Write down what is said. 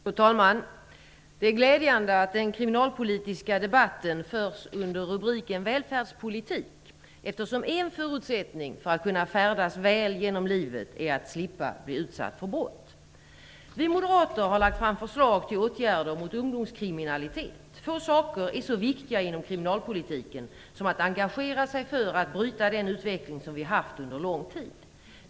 Fru talman! Det är glädjande att den kriminalpolitiska debatten förs under rubriken Välfärdspolitik eftersom en förutsättning för att kunna färdas väl genom livet är att slippa bli utsatt för brott. Vi moderater har lagt fram förslag till åtgärder mot ungdomskriminalitet. Få saker är så viktiga inom kriminalpolitiken som att engagera sig för att bryta den utveckling som vi haft under lång tid.